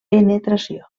penetració